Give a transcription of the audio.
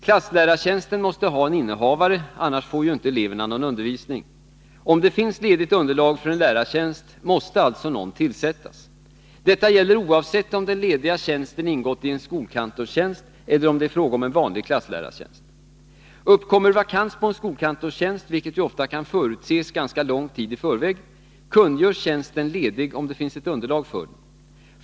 Klasslärartjänsten måste ha en innehavare, annars får ju inte eleverna någon undervisning. Om det finns ledigt underlag för en lärartjänst, måste alltså någon tillsättas. Detta gäller oavsett om den lediga tjänsten ingått i en skolkantorstjänst eller om det är fråga om en ”vanlig” klasslärartjänst. Uppkommer vakans på en skolkantorstjänst, vilket ju ofta kan förutses ganska lång tid i förväg, kungörs tjänsten ledig om det finns ett underlag för den.